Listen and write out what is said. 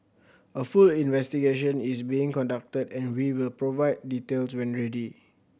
a full investigation is being conducted and we will provide details when ready